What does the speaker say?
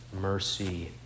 mercy